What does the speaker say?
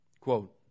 Quote